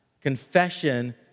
confession